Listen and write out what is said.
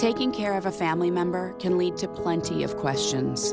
taking care of a family member can lead to plenty of questions